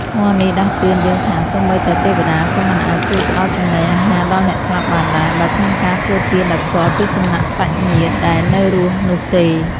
ធម៌នេះដាស់តឿនយើងថា សូម្បីតែទេវតាក៏មិនអាចជួយផ្ដល់ចំណីអាហារដល់អ្នកស្លាប់បានដែរ បើគ្មានការធ្វើទានដោយផ្ទាល់ពីសំណាក់សាច់ញាតិដែលនៅរស់នោះទេ។។